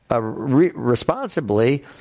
responsibly